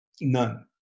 None